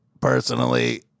Personally